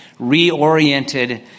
reoriented